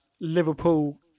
Liverpool